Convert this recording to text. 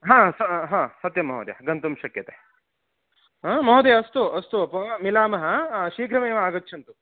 हा स हा सत्यं महोदय गन्तुं शक्यते महोदय अस्तु अस्तु मिलामः शीघ्रमेव आगच्छन्तु